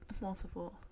multiple